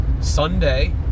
Sunday